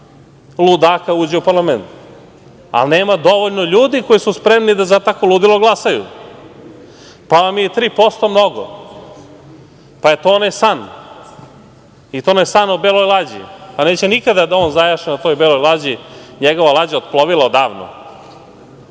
ludaka uđe u parlament, ali nema dovoljno ljudi koji su spremni da za takvo ludilo glasaju, pa vam je 3% mnogo, pa je to onaj san, i to onaj san o beloj lađi, a neće nikada da on zajaše na toj beloj lađi, njegova lađa je otplovila odavno.